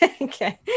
Okay